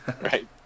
right